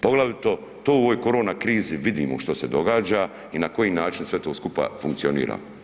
Poglavito to u ovoj korona krizi vidimo što se događa i na koji način sve to skupa funkcionira.